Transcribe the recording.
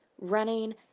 running